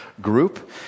group